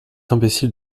imbécile